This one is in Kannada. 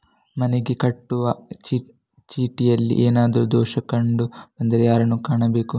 ಮನೆಗೆ ಕಟ್ಟುವ ಚೀಟಿಯಲ್ಲಿ ಏನಾದ್ರು ದೋಷ ಕಂಡು ಬಂದರೆ ಯಾರನ್ನು ಕಾಣಬೇಕು?